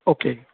okay